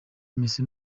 messi